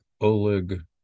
Oleg